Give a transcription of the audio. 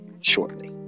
shortly